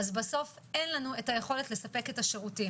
אז בסוף אין לנו את היכולת לספק את השירותים.